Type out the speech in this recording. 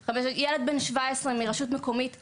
או ילד בן 17 מרשות מקומית חלשה.